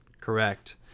Correct